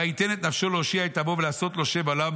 וייתן את נפשו להושיע את עמו ולעשות לו שם עולם.